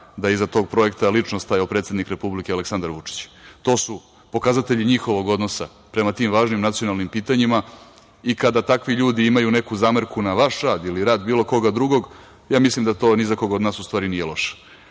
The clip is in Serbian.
da iza tog projekta lično stajao predsednik Republike, Aleksandar Vučić. To su pokazatelji njihovog odnosa prema tim važnim nacionalnim pitanjima. Kada takvi ljudi imaju neku zamerku na vaš rad ili rad bilo koga drugog, mislim da ni za koga od nas u stvari nije loše.